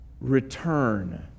Return